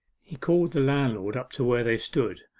he called the landlord up to where they stood,